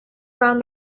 around